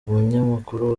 umunyamakuru